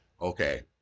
okay